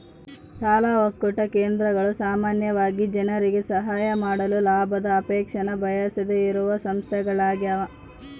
ಸಾಲ ಒಕ್ಕೂಟ ಕೇಂದ್ರಗಳು ಸಾಮಾನ್ಯವಾಗಿ ಜನರಿಗೆ ಸಹಾಯ ಮಾಡಲು ಲಾಭದ ಅಪೇಕ್ಷೆನ ಬಯಸದೆಯಿರುವ ಸಂಸ್ಥೆಗಳ್ಯಾಗವ